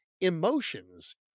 emotions